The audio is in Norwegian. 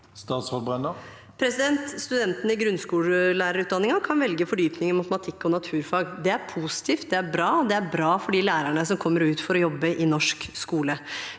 Studentene i grunnskolelærerutdanningen kan velge fordypning i matematikk og naturfag. Det er positivt. Det er bra. Det er bra for de lærerne som kommer ut for å jobbe i norsk skole.